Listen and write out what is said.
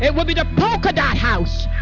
it would be the polka-dot house